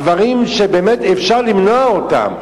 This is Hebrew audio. דברים שאפשר למנוע אותם.